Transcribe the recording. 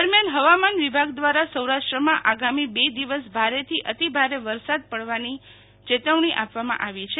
દરમિયાન ફવામાન વિભાગ દ્વારા સૌરાષ્ટ્રમાં આગામી બે દિવસ ભારેથી તિભારે વરસાદ પડવાની ચેતવણી આપવામાં આવી છે